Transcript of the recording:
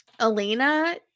Elena